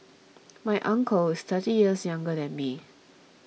my uncle is thirty years younger than me